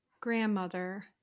grandmother